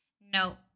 No